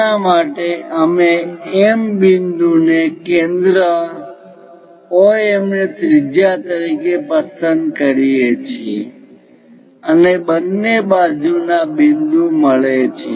તેના માટે અમે M બિંદુ ને કેન્દ્ર OM ને ત્રિજ્યા તરીકે પસંદ કરીએ છીએ અને બંને બાજુના બિંદુ મળે છે